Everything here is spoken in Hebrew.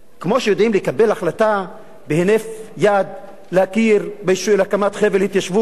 כמו שיודעים לקבל החלטה בהינף יד להכיר בהקמת חבל התיישבות,